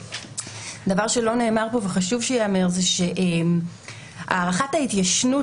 דבר שלא נאמר פה וחשוב שייאמר זה שהארכת ההתיישנות